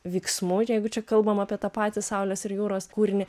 vyksmų jeigu čia kalbam apie tą patį saulės ir jūros kūrinį